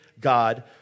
God